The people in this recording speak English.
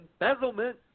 Embezzlement